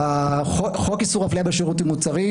חוק איסור הפליה במוצרים,